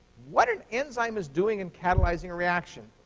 what an enzyme is doing in catalyzing a reaction,